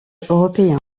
européens